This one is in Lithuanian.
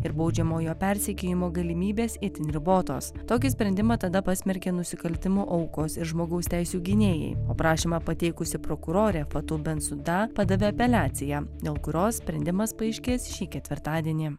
ir baudžiamojo persekiojimo galimybės itin ribotos tokį sprendimą tada pasmerkė nusikaltimo aukos ir žmogaus teisių gynėjai o prašymą pateikusi prokurorė fatou bensouda padavė apeliaciją dėl kurios sprendimas paaiškės šį ketvirtadienį